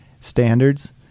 standards